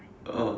oh